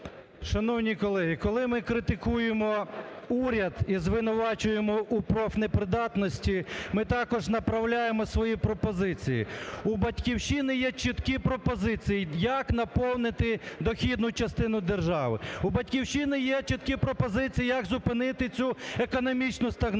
Шановні колеги, коли ми критикуємо уряд і звинувачуємо у профнепридатності, ми також направляємо свої пропозиції. У "Батьківщини" є чіткі пропозиції, як наповнити дохідну частину держави, у "Батьківщини" є чіткі пропозиції, як зупинити цю економічну стагнацію.